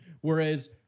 whereas